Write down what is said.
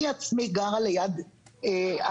אני בעצמי גרה ליד הכרמלית.